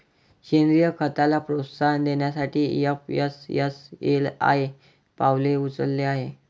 सेंद्रीय खताला प्रोत्साहन देण्यासाठी एफ.एस.एस.ए.आय पावले उचलत आहे